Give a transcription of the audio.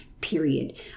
period